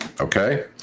okay